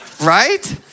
Right